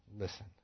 listen